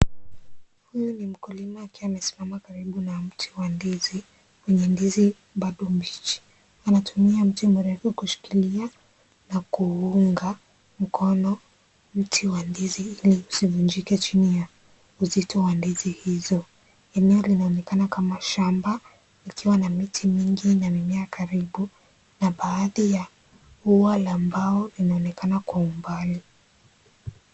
Huyu ni mkulima akiwa amesimama karibu na mti wa ndizi wenye ndizi bado mbichi . Anatumia mti mrefu kushikilia na kuunga mkono mti wa ndizi ili usivunjike chini ya uzito wa ndizi hizo . Eneo linaonekana kama shamba likiwa na miti mingi na mimea karibu na baadhi ya ua la mbao linaonekana kwa umbali .